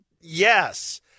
Yes